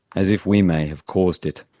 as if we may have caused it,